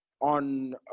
on